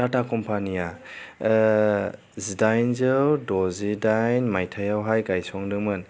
टाटा कम्पानीया जिदाइनजौ द'जिदाइन मायथाइयावहाय गायसनदोंमोन